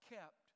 Kept